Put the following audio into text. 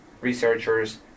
researchers